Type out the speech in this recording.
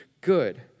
good